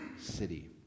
city